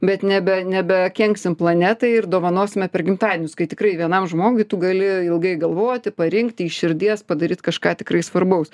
bet nebe nebe kenksim planetai ir dovanosime per gimtadienius kai tikrai vienam žmogui tu gali ilgai galvoti parinkti iš širdies padaryt kažką tikrai svarbaus